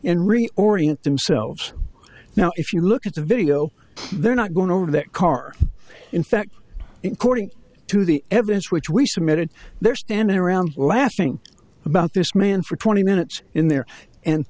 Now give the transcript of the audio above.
re orient themselves now if you look at the video they're not going over that car in fact including to the evidence which we submitted they're standing around laughing about this man for twenty minutes in there and